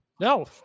No